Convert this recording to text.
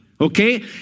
okay